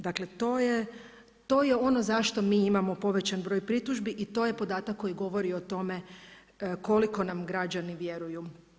Dakle, to je ono zašto mi imamo povećan broj pritužbi i to je podatak koji govori o tome koliko nam građani vjeruju.